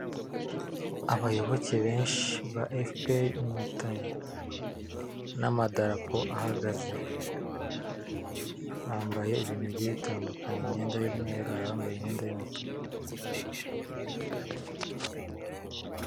Abayoboke benshi ba FPR inkotanyi n'amadarapo ahagaze, bambaye ibintu bigiye bitandukanye imyenda y'umweru hari abambaye imyenda y'umutuku.